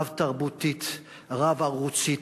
רב-תרבותית ורב-ערוצית,